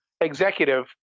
executive